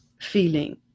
feeling